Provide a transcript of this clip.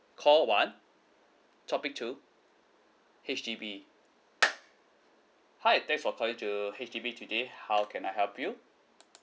call one topic two H_D_B hi thanks for calling to H_D_B today how can I help you